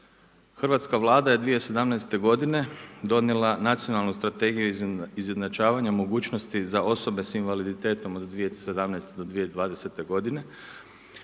Hrvatska Vlada je 2017. godine donijela Nacionalnu strategiju izjednačavanja mogućnosti za osobe sa invaliditetom od 2017. do 2020. godine